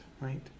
right